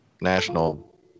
National